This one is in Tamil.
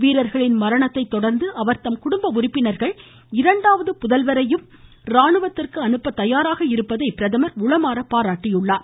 வீரர்களின் மரணத்தை தொடர்ந்து அவர்தம் குடும்ப உறுப்பினர்கள் இரண்டாவது புதல்வரையும் ராணுவத்திற்கு அனுப்ப தயாராக இருப்பதை பிரதமர் உளமாற பாராட்டியுள்ளார்